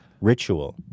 ritual